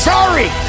Sorry